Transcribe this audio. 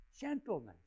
gentleness